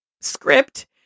script